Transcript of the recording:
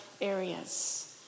areas